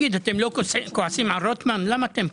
הלאה.